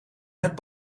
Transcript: net